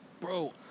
Bro